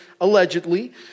allegedly